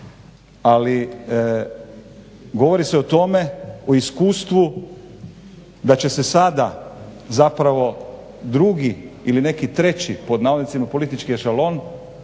Ali govori se o tome, o iskustvu da će se sada zapravo drugi ili neki treći pod navodnicima politički ešalon